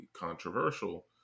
controversial